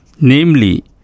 namely